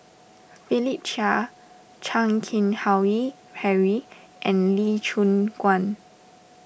Philip Chia Chan Keng Howe Harry and Lee Choon Guan